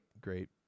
great